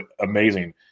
amazing